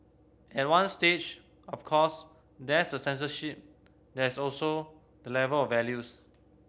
at one stage of course there's the censorship there's also the level of values